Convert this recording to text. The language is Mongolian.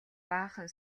баахан